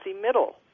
middle